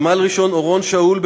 סמל-ראשון אורון שאול,